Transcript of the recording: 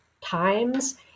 times